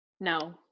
No